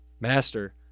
master